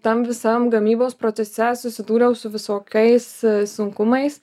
tam visam gamybos procese susidūriau su visokiais sunkumais